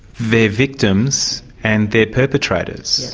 victims and they're perpetrators.